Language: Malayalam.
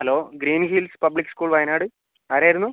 hello Green Hills Public School Wayanad ആരായിരുന്നു